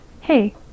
Hey